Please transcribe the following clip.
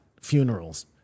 funerals